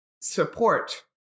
support